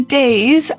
days